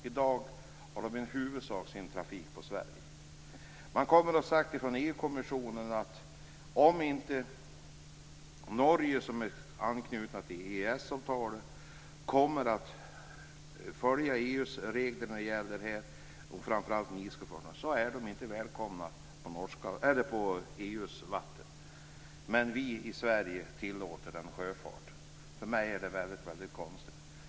I dag har NIS i huvudsak sin trafik på Sverige. Om inte Norge, som är anknutet till EES-avtalet, följer EU:s regler, framför allt när det gäller NIS sjöfarten, har EU-kommissionen sagt att dessa fartyg inte är välkomna på EU:s vatten. Men vi i Sverige tillåter den sjöfarten. För mig är det väldigt konstigt.